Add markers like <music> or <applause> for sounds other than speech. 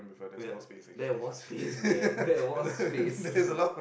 oh yeah there was space man there was space <laughs>